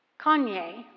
Kanye